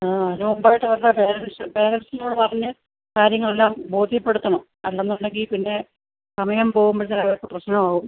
ആ ഒരു ഒമ്പത് ദിവസാ പാരൻറ്റ്സ് പാരൻറ്റ്സിനോട് പറഞ്ഞ് കാര്യങ്ങളെല്ലാം ബോധ്യപ്പെടുത്തണം അല്ല എന്നുണ്ടെങ്കിൽ പിന്നെ സമയം പോവുമ്പഴത്തേന് അവർക്ക് പ്രശ്നമാവും